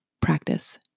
practice